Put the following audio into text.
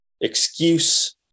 excuse